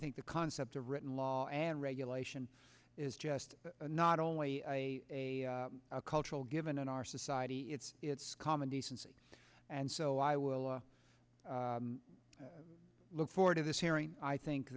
think the concept of written law and regulation is just not only a cultural given in our society it's it's common decency and so i will look forward to this hearing i think